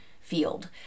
field